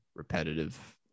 repetitive